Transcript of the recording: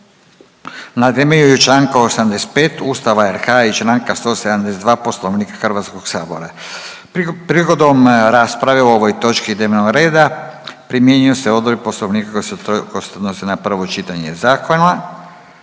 na temelju čl. 85. Ustava i čl. 172. Poslovnika HS-a. Prigodom rasprave o ovoj točki dnevnog reda primjenjuju se odredbe Poslovnika koje se odnose na prvo čitanje zakona.